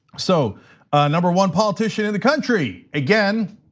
so number one politician in the country, again,